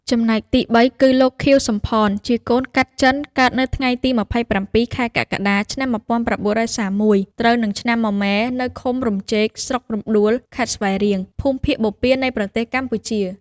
ចំំណែកទីបីគឺ លោក ខៀវ សំផន ជាកូនកាត់ចិនកើតនៅថ្ងៃទី ២៧ ខែកក្កដា ឆ្នាំ ១៩៣១ ត្រូវនឹងឆ្នាំមមែ នៅឃុំរំចេក ស្រុករំដួល ខេត្តស្វាយរៀង ភូមិភាគបូព៌ានៃប្រទេសកម្ពុជា។